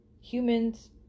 Humans